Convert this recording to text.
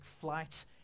flight